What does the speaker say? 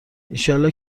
ایشالله